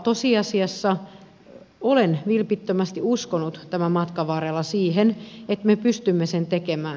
tosiasiassa olen vilpittömästi uskonut tämän matkan varrella siihen että me pystymme sen tekemään